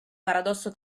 paradosso